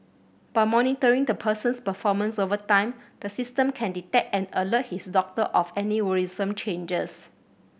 by monitoring the person's performance over time the system can detect and alert his doctor of any worrisome changes